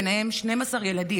ביניהם 12 ילדים.